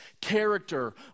character